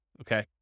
Okay